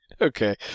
okay